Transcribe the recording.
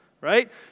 right